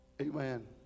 Amen